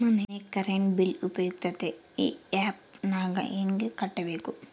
ಮನೆ current bill ಉಪಯುಕ್ತತೆ app ನಾಗ ಹೆಂಗ ಕಟ್ಟಬೇಕು?